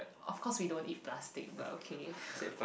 of course we don't eat plastic but okay